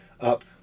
Up